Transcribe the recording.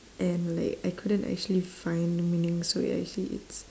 and like I couldn't actually find the meaning so it actually it's